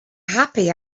happy